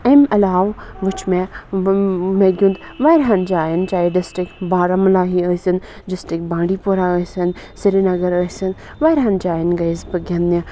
امہِ علاوٕ وُچھ مےٚ مےٚ گیُنٛد واریاہَن جایَن چاہے ڈِسٹرک بارہمولہ ہی ٲسِن ڈِسٹرک بانڈی پورہ ٲسِن سرینگر ٲسِن واریاہَن جایَن گٔیَس بہٕ گِنٛدنہِ